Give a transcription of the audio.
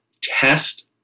test